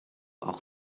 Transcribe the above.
auch